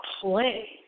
play